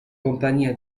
compagnia